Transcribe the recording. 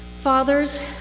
Fathers